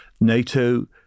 NATO